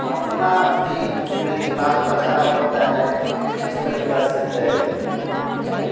अपना भी उसमें दिमाग़ लगाना पड़ता है कि हम किस तरीक़े से तैरें ठीक है